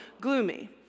gloomy